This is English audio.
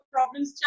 problems